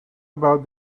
about